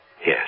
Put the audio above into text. Yes